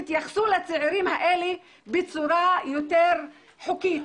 תתייחסו לצעירים האלה בצורה יותר חוקית,